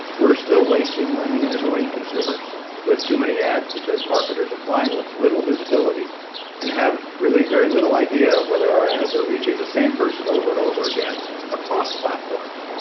we're still wasting money in annoying consumers with too many ads because marketers are flying with little visibility and have really very little idea of whether our ads are reaching the same person over and over again across platforms.